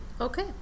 Okay